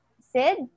Sid